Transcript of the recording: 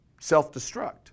self-destruct